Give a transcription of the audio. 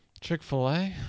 Chick-fil-A